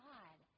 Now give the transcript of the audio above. God